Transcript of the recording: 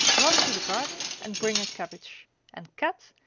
run to the garden and bring a cabbage and kat,